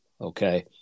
Okay